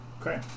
Okay